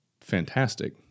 fantastic